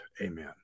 Amen